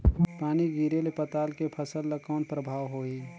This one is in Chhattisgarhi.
पानी गिरे ले पताल के फसल ल कौन प्रभाव होही?